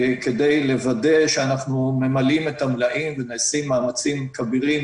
כדי לוודא שאנחנו ממלאים את המלאים ונעשים מאמצים כבירים